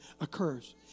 occurs